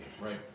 right